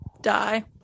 die